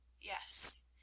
yes